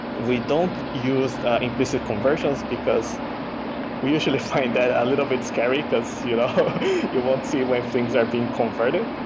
we don't use implicit conversions because we usually find that a little bit scary because yeah you won't see where things are being converted.